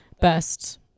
best –